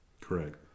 Correct